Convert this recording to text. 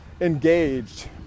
engaged